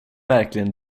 verkligen